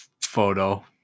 photo